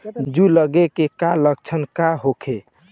जूं लगे के का लक्षण का होखे?